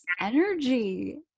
energy